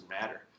matter